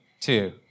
two